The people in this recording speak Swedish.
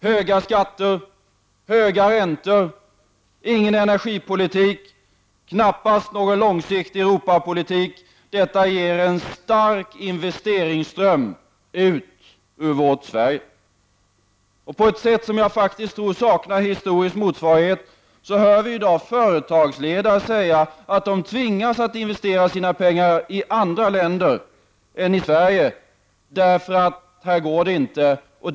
Höga skatter, höga räntor, ingen energipolitik, knappast någon långsiktig Europapolitik — detta ger en stark investeringsström ut ur vårt Sverige. På ett sätt som jag tror saknar historisk motsvarighet hör vi i dag företagsledare säga att de tvingas att investera sina pengar i andra länder än i Sverige därför att det inte går att investera här.